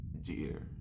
dear